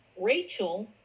Rachel